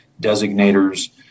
designators